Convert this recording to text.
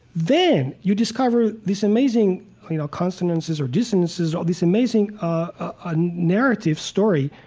then you discover this amazing you know consonances, or dissonances, or this amazing and narrative, story,